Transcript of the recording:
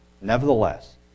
Nevertheless